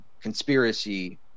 conspiracy